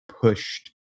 pushed